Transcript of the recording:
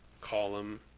column